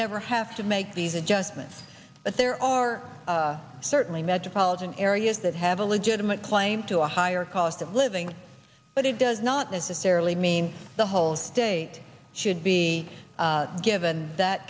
never have to make these adjustments but there are certainly metropolitan areas that have a legitimate claim to a higher cost of living but it does not necessarily mean the whole state should be given that